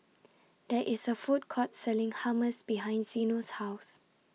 There IS A Food Court Selling Hummus behind Zeno's House